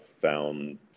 found